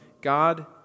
God